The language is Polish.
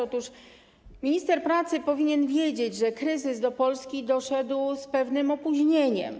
Otóż minister pracy powinien wiedzieć, że kryzys do Polski doszedł z pewnym opóźnieniem.